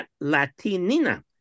Latina